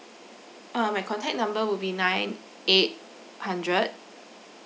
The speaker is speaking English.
uh my contact number would be nine eight hundred